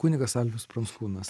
kunigas salvijus pranskūnas